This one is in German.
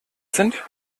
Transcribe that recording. sind